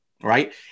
Right